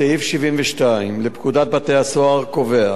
סעיף 72 לפקודת בתי-הסוהר קובע